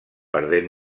perdent